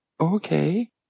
Okay